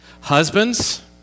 Husbands